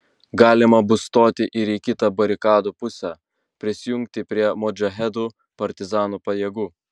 galima bus stoti ir į kitą barikadų pusę prisijungti prie modžahedų partizanų pajėgų